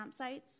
campsites